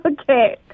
Okay